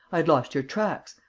i had lost your tracks,